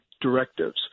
directives